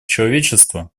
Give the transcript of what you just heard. человечества